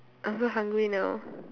I so hungry now